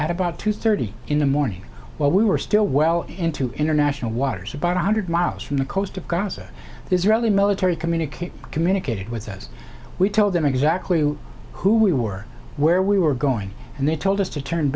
at about two thirty in the morning while we were still well into international waters about one hundred miles from the coast of gaza the israeli military communicate communicated with us we told them exactly who we were where we were going and they told us to turn